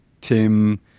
Tim